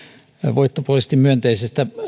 voittopuolisesti myönteisestä